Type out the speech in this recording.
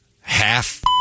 half